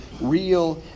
real